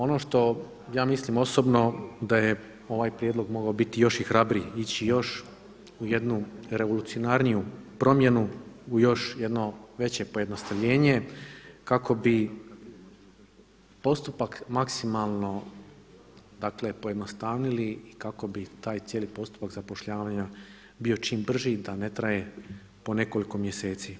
Ono što ja mislim osobno da je ovaj prijedlog mogao biti još i hrabriji, ići još u jednu revolucionarniju promjenu, u još jedno veće pojednostavljenje kako bi postupak maksimalno, dakle pojednostavili i kako bi taj cijeli postupak zapošljavanja bio čim brži da ne traje po nekoliko mjeseci.